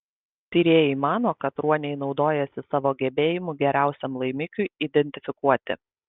tyrėjai mano kad ruoniai naudojasi savo gebėjimu geriausiam laimikiui identifikuoti